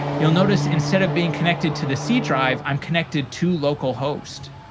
you'll notice instead of being connected to the c drive, i'm connected to local host.